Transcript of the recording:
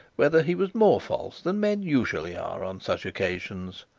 whether he was more false than men usually are on such occasions.